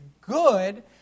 good